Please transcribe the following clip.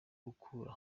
gukura